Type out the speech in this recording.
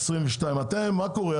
מה קורה?